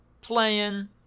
playing